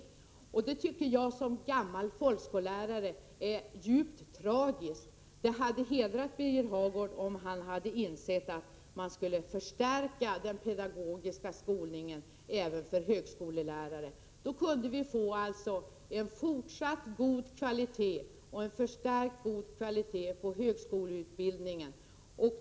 Som gammal folkskollärare tycker jag att hans ställningstagande är djupt tragiskt. Det hade hedrat Birger Hagård, om han insett att den pedagogiska skolningen även för högskollärare behöver förstärkas. Det skulle ha medfört en fortsatt god kvalitet, och en bättre kvalitet, på gundskoleutbildningen.